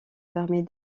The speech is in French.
permet